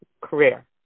career